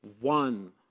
one